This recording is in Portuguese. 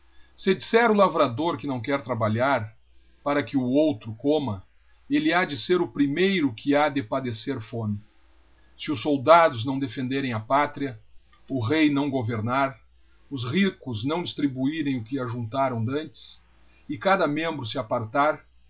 se disser o lavrador que não quer trabalhar para que o outro coma elle ha de ser o primeiro que ha de padecer fome se os soldados não defenderem a pátria o kei íião gqvernar os ricos não distribuirein o que ajuntarão dantes e cada membro se apartar